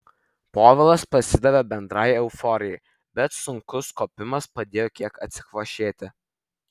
povilas pasidavė bendrai euforijai bet sunkus kopimas padėjo kiek atsikvošėti